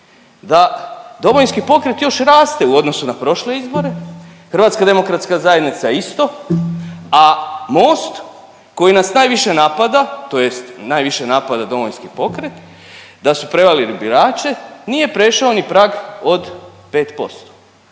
da Domovinski pokret još raste u odnosu na prošle izbore, HDZ isto, a Most koji nas najviše napada tj. najviše napada DP da su prevarili birače nije prešao ni prag od 5%.